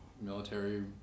military